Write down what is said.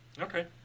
Okay